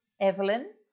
Evelyn